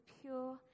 pure